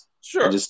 Sure